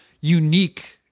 unique